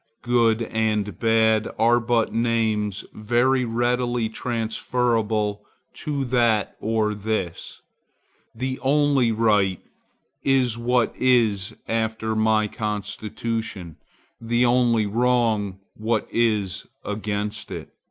good and bad are but names very readily transferable to that or this the only right is what is after my constitution the only wrong what is against it.